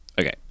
Okay